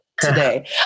today